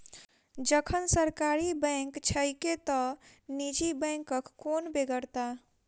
जखन सरकारी बैंक छैके त निजी बैंकक कोन बेगरता?